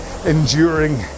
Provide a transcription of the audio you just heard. enduring